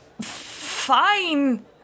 fine